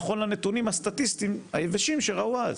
נכון לנתונים הסטטיסטים היבשים שראו אז.